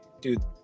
dude